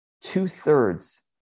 two-thirds